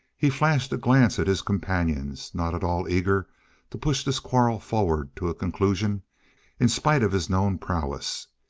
he flashed a glance at his companions, not at all eager to push this quarrel forward to a conclusion in spite of his known prowess.